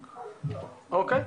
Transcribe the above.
אוקיי.